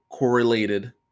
correlated